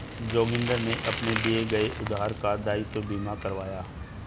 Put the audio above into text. जोगिंदर ने अपने दिए गए उधार का दायित्व बीमा करवाया